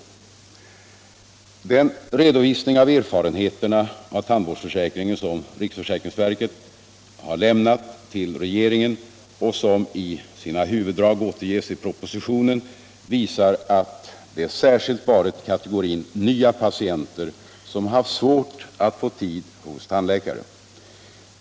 Den redovisning av erfarenheterna av tandvårdsförsäkringen som riksförsäkringsverket har lämnat till regeringen och som i sina huvuddrag återges i propositionen visar att det särskilt varit kategorin nya patienter som haft svårt att få tid hos tandläkare.